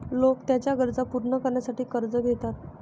लोक त्यांच्या गरजा पूर्ण करण्यासाठी कर्ज घेतात